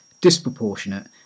disproportionate